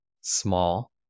small